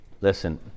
listen